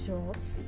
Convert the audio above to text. Jobs